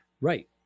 right